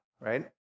right